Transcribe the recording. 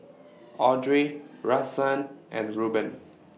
Audrey Rahsaan and Ruben